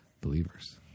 believers